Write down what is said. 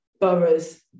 borough's